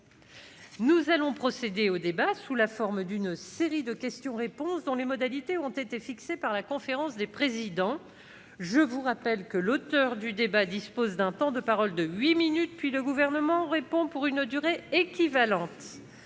Nous allons procéder au débat sous la forme d'une série de questions-réponses, dont les modalités ont été fixées par la conférence des présidents. Je rappelle que l'auteur de la demande du débat dispose d'un temps de parole de huit minutes, puis le Gouvernement répond pour une durée équivalente.